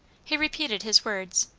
he repeated his words.